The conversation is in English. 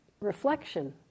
reflection